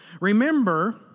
Remember